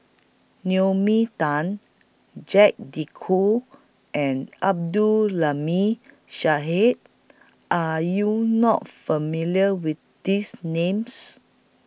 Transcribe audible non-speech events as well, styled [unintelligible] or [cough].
Naomi Tan Jacques De Coutre and Abdul Aleem [unintelligible] Are YOU not familiar with These Names